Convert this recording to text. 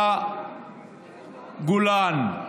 לגולן,